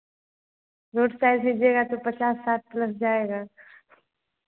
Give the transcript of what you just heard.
road side लीजिएगा तो पचास साठ लग जाएगा